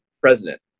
president